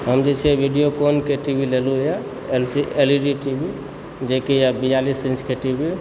हम जे छै से विडिओकोनके टी वी लेलहुँ यऽ L E D T V जेकि यऽ बियालिस इन्चके टीवी